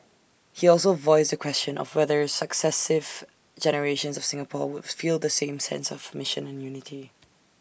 he also voiced the question of whether successive generations of Singapore would feel the same sense of mission and unity